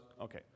okay